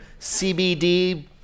CBD